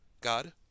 God